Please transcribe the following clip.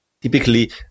typically